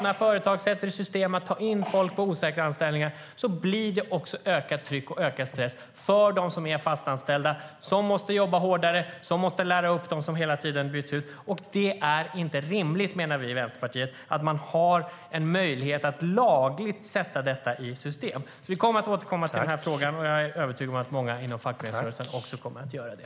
När företag sätter i system att ta in människor på osäkra anställningar blir det också ökat tryck och ökad stress för dem som är fastanställda som måste jobba hårdare och lära upp dem som hela tiden byts ut. Det är inte rimligt, menar vi i Vänsterpartiet, att man har en möjlighet att lagligt sätta detta i system. Vi kommer att återkomma till den frågan. Jag är övertygad om att många inom fackföreningsrörelsen också kommer att göra det.